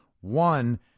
one